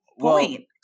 point